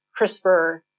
CRISPR